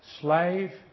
Slave